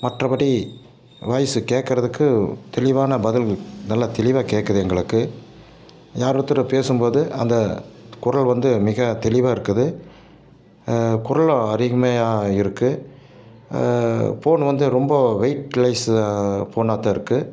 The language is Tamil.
மற்றபடி வாய்ஸ் கேட்குறதுக்கு தெளிவான பதில் நல்லா தெளிவாக கேட்குது எங்களுக்கு யார் ஒருத்தர் பேசும்போது அந்த குரல் வந்து மிக தெளிவாக இருக்குது குரலும் அருகமைய்யா இருக்குது ஃபோன் வந்து ரொம்ப வைட்லெஸ் ஃபோனாக தான் இருக்குது